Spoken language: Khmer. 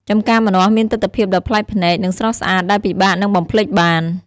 ចម្ការម្នាស់មានទិដ្ឋភាពដ៏ប្លែកភ្នែក និងស្រស់ស្អាតដែលពិបាកនឹងបំភ្លេចបាន។